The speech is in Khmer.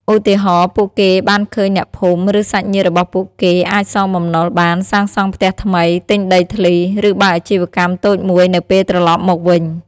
ឧទាហរណ៍ ពួកគេបានឃើញអ្នកភូមិ ឬសាច់ញាតិរបស់ពួកគេអាចសងបំណុលបាន សាងសង់ផ្ទះថ្មី ទិញដីធ្លី ឬបើកអាជីវកម្មតូចមួយនៅពេលត្រឡប់មកវិញ។